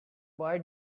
boy